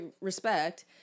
respect